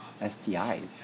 STIs